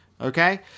Okay